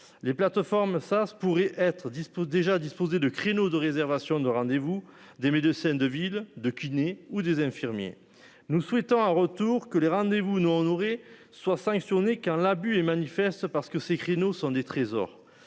Les plateformes SaaS pourrait être dispose déjà disposer de créneaux de réservation de rendez-vous des médecins de ville de kiné ou des infirmiers. Nous souhaitons un retour que les rendez-vous non honorés soient sanctionnés qu'un l'abus est manifeste parce que ces créneaux sont des trésors.